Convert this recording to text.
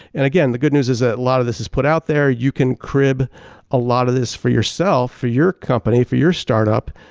and again, the good news is that a lot of this is put out there. you can crib a lot of this for yourself for your company, for your startup